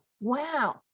wow